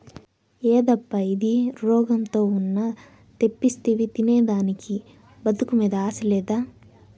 యేదప్పా ఇది, రోగంతో ఉన్న తెప్పిస్తివి తినేదానికి బతుకు మీద ఆశ లేదా